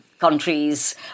countries